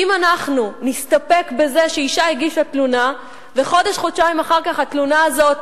אם אנחנו נסתפק בזה שאשה הגישה תלונה וחודש-חודשיים אחר כך התלונה הזאת,